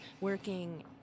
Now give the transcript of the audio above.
working